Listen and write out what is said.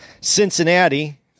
Cincinnati